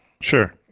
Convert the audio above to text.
sure